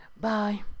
Bye